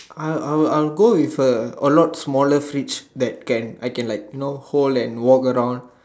ya I I I would go with a lot smaller fridge that can I can like hold and walk around